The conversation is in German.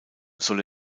soll